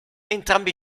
entrambi